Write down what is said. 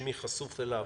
מי חשוף אליו,